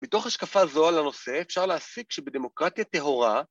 ‫מתוך השקפה הזו על הנושא ‫אפשר להסיק שבדמוקרטיה טהורה...